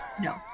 No